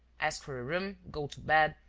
ask for a room, go to bed,